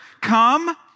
come